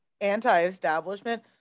anti-establishment